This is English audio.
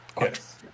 Yes